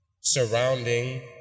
surrounding